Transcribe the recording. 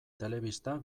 telebista